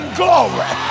glory